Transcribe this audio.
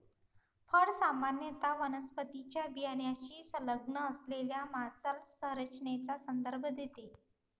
फळ सामान्यत वनस्पतीच्या बियाण्याशी संलग्न असलेल्या मांसल संरचनेचा संदर्भ देते